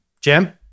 Jim